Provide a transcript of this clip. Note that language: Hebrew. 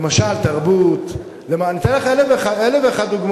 למשל תרבות, אני אתן לך אלף ואחת דוגמאות.